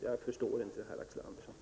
Jag förstår inte detta, Axel Andersson.